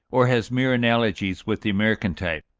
or has mere analogies with the american type.